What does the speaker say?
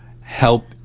help